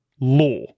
Law